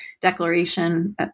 declaration